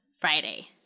Friday